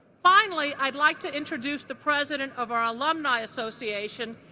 finally, i'd like to introduce the president of our alumni association,